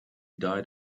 died